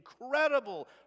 incredible